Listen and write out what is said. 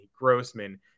Grossman